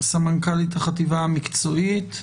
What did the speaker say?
סמנכ"לית החברה המקצועית.